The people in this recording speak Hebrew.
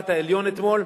המוסלמי,